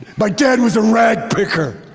my dad was a ragpicker.